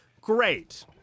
great